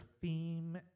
theme